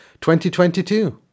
2022